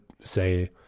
say